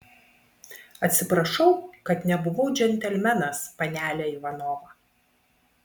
atsiprašau kad nebuvau džentelmenas panele ivanova